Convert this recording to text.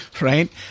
right